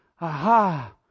aha